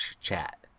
chat